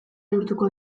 neurtuko